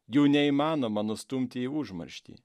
jų neįmanoma nustumti į užmarštį